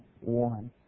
one